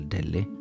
Delhi